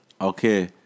Okay